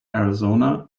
arizona